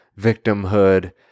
victimhood